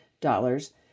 dollars